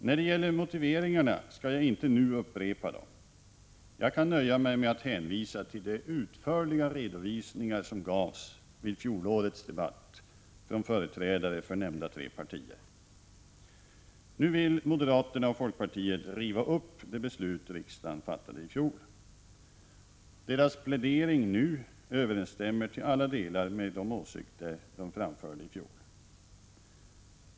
Jag skall inte nu upprepa motiveringarna utan nöjer mig med att hänvisa till de utförliga redovisningar som gjordes vid fjolårets debatt av företrädare för nämnda tre partier. Nu vill moderaterna och folkpartiet riva upp det beslut riksdagen fattade i fjol. Deras plädering nu överensstämmer till alla delar med dejåsikter de framförde i fjol.